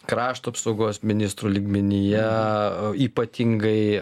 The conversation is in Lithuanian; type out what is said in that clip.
krašto apsaugos ministrų lygmenyje ypatingai